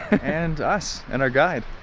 and us and our guide.